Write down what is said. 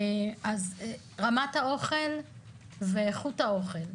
רמת האוכל ואיכות האוכל.